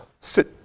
sit